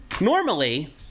normally